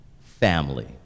Family